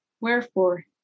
Wherefore